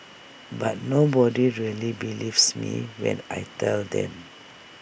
but nobody really believes me when I tell them